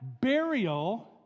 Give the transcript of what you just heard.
burial